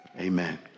Amen